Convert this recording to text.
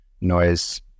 noise